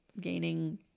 gaining